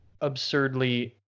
absurdly